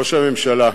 ראש הממשלה,